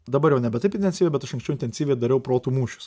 dabar jau nebe taip intensyviai bet aš anksčiau intensyviai dariau protų mūšius